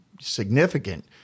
significant